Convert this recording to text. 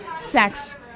sex